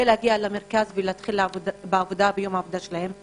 כדי להגיע למרכז ולהתחיל את יום העבודה שלהם.